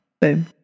boom